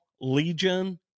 Legion